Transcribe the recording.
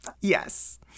Yes